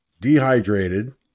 dehydrated